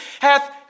hath